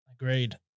Agreed